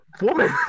Woman